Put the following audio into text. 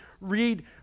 read